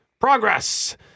progress